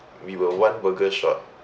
we were one burger short